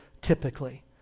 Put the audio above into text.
typically